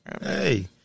Hey